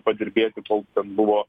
padirbėti kol buvo